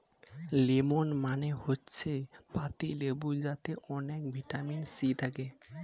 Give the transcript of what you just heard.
lemon মানে হচ্ছে পাতিলেবু যাতে অনেক ভিটামিন সি থাকে